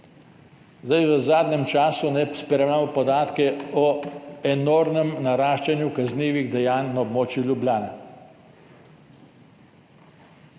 V zadnjem času spremljamo podatke o enormnem naraščanju kaznivih dejanj na območju Ljubljane.